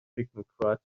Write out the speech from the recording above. تکنوکرات